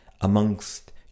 amongst